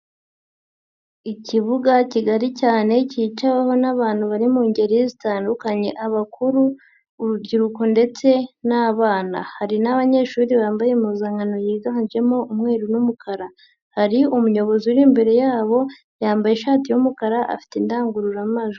Ikibuga kigali cyane cyicaweho n'abantu bari mu ngeri zitandukanye, abakuru, urubyiruko ndetse n'abana, hari n'abanyeshuri bambaye impuzankano yiganjemo umweru n'umukara, hari umuyobozi uri imbere yabo yambaye ishati y'umukara afite indangururamajwi.